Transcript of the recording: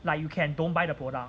like you can don't buy the product